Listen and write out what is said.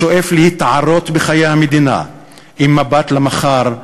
השואף להתערות בחיי המדינה עם מבט למחר,